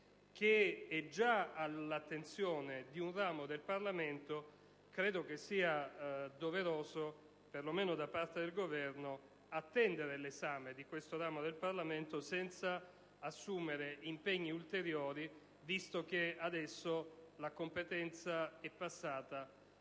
che è già all'attenzione di un ramo del Parlamento, credo che sia doveroso, per lo meno da parte del Governo, attendere l'esame nella presente sede senza assumere impegni ulteriori, visto che adesso la competenza è passata